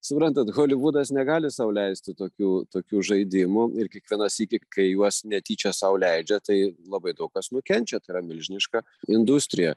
suprantat holivudas negali sau leisti tokių tokių žaidimų ir kiekvieną sykį kai juos netyčia sau leidžia tai labai daug kas nukenčia tai yra milžiniška industrija